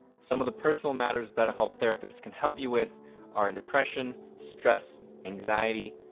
some of the personal matters betterhelp therapists can help you with are depression, stress, anxiety,